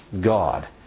God